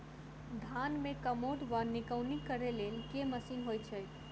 धान मे कमोट वा निकौनी करै लेल केँ मशीन होइ छै?